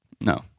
No